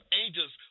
angels